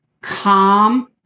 calm